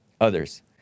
others